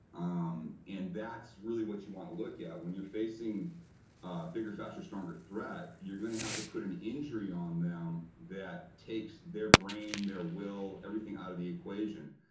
um and that's really what you want to look at when you're facing bigger, faster, stronger threat, you're going to have to put an injury on them that takes their brain, their will, everything out of the equation.